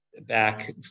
back